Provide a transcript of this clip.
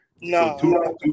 No